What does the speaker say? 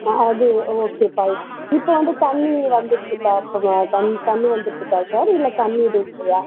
அ அது okay fine இப்போது வந்து தண்ணி வந்துட்டுருக்கா கொஞ்சம் தண்ணி தண்ணி வந்துட்டு இருக்கா சார் இல்லை தண்ணிர் இல்லையா